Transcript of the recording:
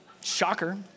Shocker